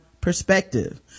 Perspective